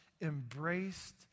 embraced